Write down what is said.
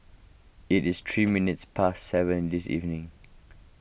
it is three minutes past seven this evening